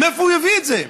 אבל מאיפה הוא יביא את זה?